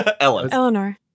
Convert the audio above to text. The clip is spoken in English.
Eleanor